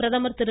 பிரதமர் திரு